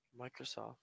Microsoft